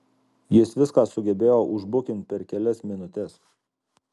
jis viską sugebėjo užbukint per kelias minutes